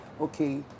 okay